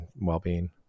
well-being